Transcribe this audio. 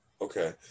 Okay